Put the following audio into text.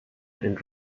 and